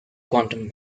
quantum